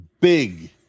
big